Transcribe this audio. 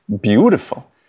beautiful